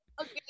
Okay